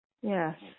Yes